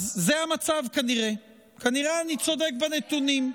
אז זה המצב כנראה, כנראה שאני צודק בנתונים.